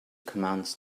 commands